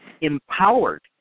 empowered